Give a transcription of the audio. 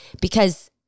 Because-